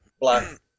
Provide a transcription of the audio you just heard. Black